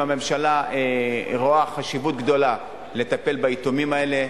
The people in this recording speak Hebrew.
הממשלה רואה חשיבות גדולה בטיפול ביתומים האלה,